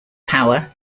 power